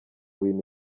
bintu